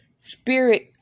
spirit